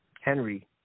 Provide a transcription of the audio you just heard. Henry